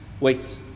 Wait